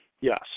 Yes